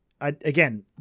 Again